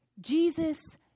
Jesus